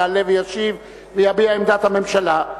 יעלה וישיב ויביע את עמדת הממשלה.